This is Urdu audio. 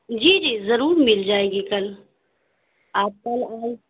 جی جی ضرور مل جائے گی کل آپ کل آئیں